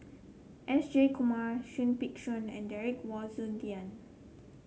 S Jayakumar Seah Peck Seah and Derek Wong Zi Gan